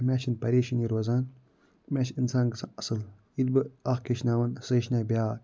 مےٚ چھِنہٕ پریشٲنی روزان مےٚ چھِ اِنسان گژھان اَصٕل ییٚلہِ بہٕ اَکھ ہٮ۪چھناون سُہ ہیٚچھنایہِ بیاکھ